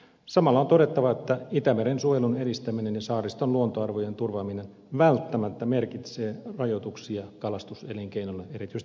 samalla on todettava että itämeren suojelun edistäminen ja saariston luontoarvojen turvaaminen välttämättä merkitsee rajoituksia kalastuselinkeinolle erityisesti kalankasvatukselle